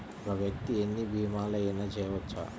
ఒక్క వ్యక్తి ఎన్ని భీమలయినా చేయవచ్చా?